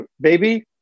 baby